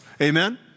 amen